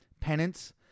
penance